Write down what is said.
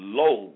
low